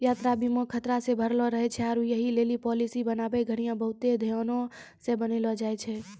यात्रा बीमा खतरा से भरलो रहै छै आरु यहि लेली पालिसी बनाबै घड़ियां बहुते ध्यानो से बनैलो जाय छै